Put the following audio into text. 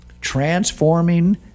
transforming